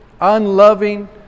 unloving